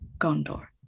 Gondor